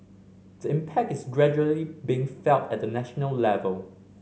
the impact is gradually being felt at the national level